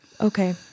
Okay